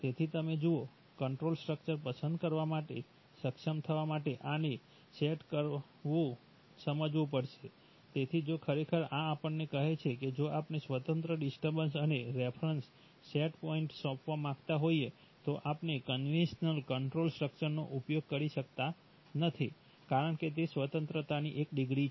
તેથી તમે જુઓ કંટ્રોલ સ્ટ્રક્ચર પસંદ કરવા માટે સક્ષમ થવા માટે આને સમજવું પડશે તેથી જો ખરેખર આ આપણને કહે છે કે જો આપણે સ્વતંત્ર ડિસ્ટર્બન્સ અને રેફરન્સ સેટ પોઇન્ટ્સ સોંપવા માંગતા હોઈએ તો આપણે કન્વેન્શનલ કંટ્રોલ સ્ટ્રક્ચરનો ઉપયોગ કરી શકતા નથી કારણ કે તે સ્વતંત્રતાની એક ડિગ્રી છે